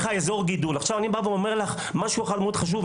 אזור גידול -- אני אומר לך משהו חשוב.